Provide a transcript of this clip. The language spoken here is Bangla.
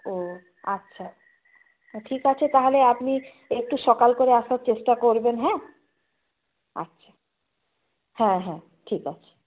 ও আচ্ছা তা ঠিক আছে তাহলে আপনি একটু সকাল করে আসার চেষ্টা করবেন হ্যাঁ আচ্ছা হ্যাঁ হ্যাঁ ঠিক আছে